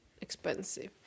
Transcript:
expensive